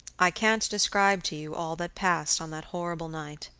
i can't describe to you all that passed on that horrible night.